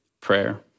prayer